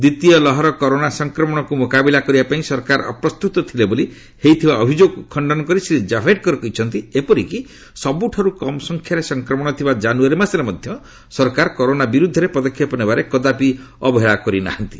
ଦ୍ୱିତୀୟ ଲହର କରୋନା ସଂକ୍ରମଣକୁ ମୁକାବିଲା କରିବା ପାଇଁ ସରକାର ଅପ୍ରସ୍ତୁତ ଥିଲେ ବୋଲି ହୋଇଥିବା ଅଭିଯୋଗକୁ ଖଣ୍ଡନ କରି ଶ୍ରୀ ଜାଭଡେକର କହିଛନ୍ତି ଏପରିକି ସବୁଠାରୁ କମ୍ ସଂଖ୍ୟାରେ ସଂକ୍ରମଣ ଥିବା ଜାନୁୟାରୀ ମାସରେ ମଧ୍ୟ ସରକାର କରୋନା ବିରୁଦ୍ଧରେ ପଦକ୍ଷେପ ନେବାରେ କଦାପି ଅବହେଳା କରିନାହାନ୍ତି